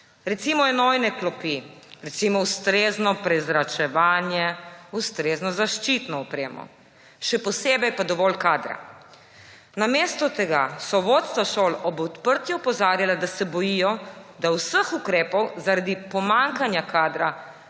recimo enojne klopi, recimo ustrezno prezračevanje, ustrezno zaščitno opremo, še posebej pa dovolj kadra. Namesto tega so vodstva šol ob odprtju opozarjala, da se bojijo, da vseh ukrepov zaradi pomanjkanja kadra